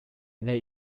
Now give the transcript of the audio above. they